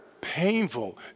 painful